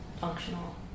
functional